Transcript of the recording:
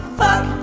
fuck